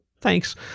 Thanks